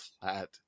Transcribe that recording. flat